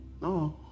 No